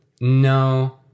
No